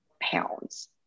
pounds